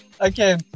okay